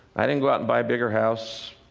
i didn't go out and buy a bigger house.